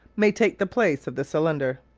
may take the place of the cylinder.